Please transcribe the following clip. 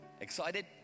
Excited